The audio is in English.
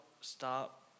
stop